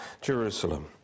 Jerusalem